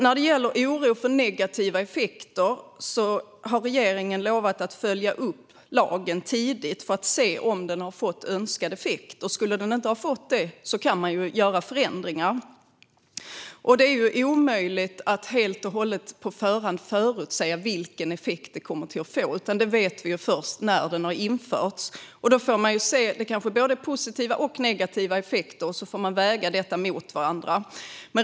När det gäller oro för negativa effekter har regeringen lovat att tidigt följa upp lagen, för att se om den har fått önskad effekt. Skulle den inte ha fått det kan man göra förändringar. Det är omöjligt att på förhand helt och hållet förutse vilken effekt den kommer att få. Det vet vi först när den har införts. Det kanske blir både positiva och negativa effekter, och då får man väga dem mot varandra.